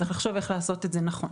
צריך לחשוב איך לעשות את זה נכון.